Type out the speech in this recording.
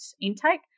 intake